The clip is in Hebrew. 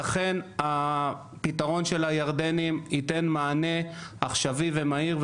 לכן הפתרון של הירדנים ייתן מענה עכשווי ומהיר.